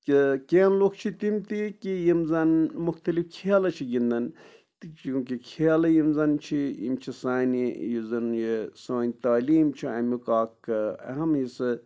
کہ کینٛہہ لُکھ چھِ تِم تہِ کہ یِم زَن مختلف کھیلہٕ چھِ گِنٛدَان تہٕ چوٗنکہ کھیلہٕ یِم زَن چھِ یِم چھِ سانہِ یُس زَن یِہ سٲنۍ تعلیٖم چھِ اَمیُٚک اَکھ اہم حِصہٕ